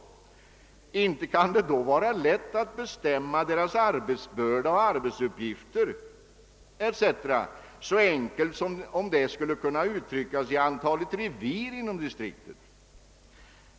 Det kan inte vara lätt att bestämma deras arbetsbörda uttryckt i antalet revir inom distriktet.